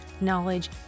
knowledge